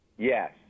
Yes